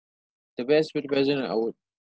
the best birthday present I would